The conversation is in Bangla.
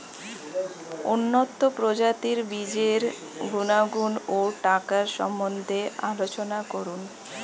উন্নত প্রজাতির বীজের গুণাগুণ ও টাকার সম্বন্ধে আলোচনা করুন